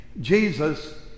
Jesus